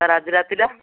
sir ଆଜି ରାତିଟା